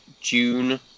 June